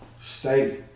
Stay